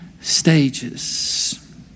stages